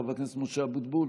חבר הכנסת משה אבוטבול,